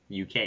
UK